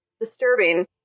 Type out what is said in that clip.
disturbing